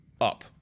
Up